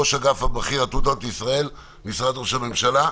ראש אגף בכיר עתודות לישראל, משרד ראש הממשלה.